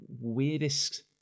weirdest